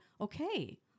okay